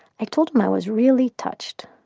i told him i was really touched